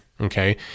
Okay